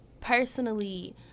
personally